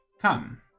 come